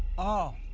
oh,